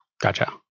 Gotcha